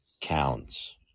counts